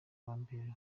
wambere